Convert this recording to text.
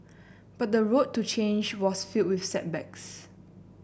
but the road to change was filled with setbacks